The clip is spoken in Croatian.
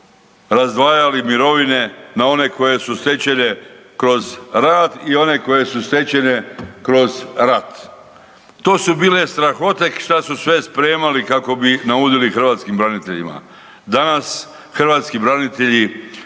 razdvajali mirovine na one koje su stečene kroz rad i one koje su stečene kroz rat. To su bile strahote šta su sve spremali kako bi naudili hrvatskim braniteljima. Danas hrvatski branitelji